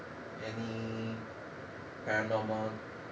any paranormal